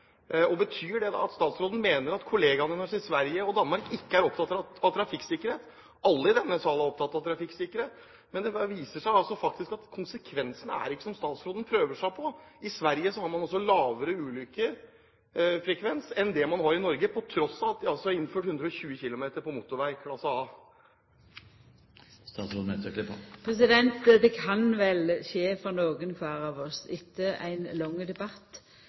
replikkordskifterunden. Betyr det da at statsråden mener at kollegaene hennes i Sverige og Danmark ikke er opptatt av trafikksikkerhet? Alle i denne salen er opptatt av trafikksikkerhet, men det viser seg faktisk at konsekvensene ikke er slik som statsråden prøver seg på. I Sverige har man altså lavere ulykkesfrekvens enn det man har i Norge, på tross av at de har innført 120 km/t på motorvei klasse A. Det kan vel skje for kvar og ein av oss etter ein lang debatt